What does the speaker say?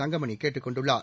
தங்கமணி கேட்டுக் கொண்டுள்ளார்